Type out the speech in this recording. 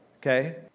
okay